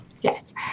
yes